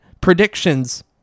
predictions